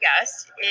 guest